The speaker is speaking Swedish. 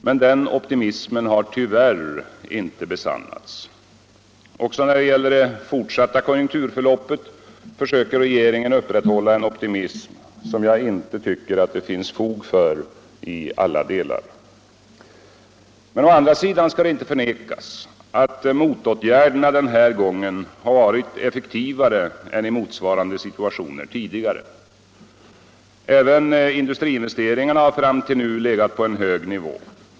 Men den optimismen har tyvärr inte besannats. Också när det gäller det fortsatta konjunkturförloppet försöker regeringen upprätthålla en optimism, som jag inte tycker att det finns fog för i alla delar. Å andra sidan skall det inte förnekas, att motåtgärderna den här gången har varit effektivare än i motsvarande situationer tidigare. Även industriinvesteringarna har fram till nu legat på en hög nivå.